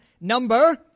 number